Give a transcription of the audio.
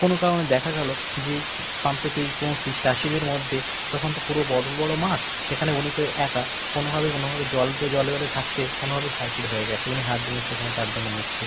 কোনো কারণে দেখা গেল যে পাম্পেই কোনো চাষিদের মধ্যে তখন তো পুরো বড় বড় মাঠ সেখানে উনি তো একা কোনোভাবে কোনোভাবে জল তো জলে জলে থাকতে কোনোভাবে সার্কিট হয়ে গিয়েছে উনি হাত দিলেন সেখানে তার জন্য মৃত্যু